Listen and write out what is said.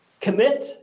commit